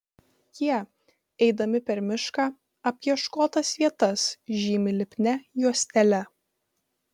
jie eidami per mišką apieškotas vietas žymi lipnia juostele